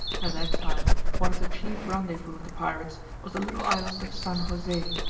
at that time one of the chief rendezvous of the pirates was the little island of san jose,